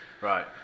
Right